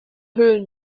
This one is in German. höhlen